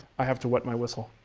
i have to wet my whistle.